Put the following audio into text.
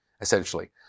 essentially